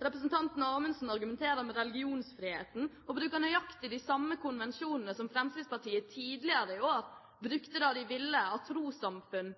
Representanten Amundsen argumenterer med religionsfriheten og bruker nøyaktig de samme konvensjonene som Fremskrittspartiet tidligere i år brukte da de ville at trossamfunn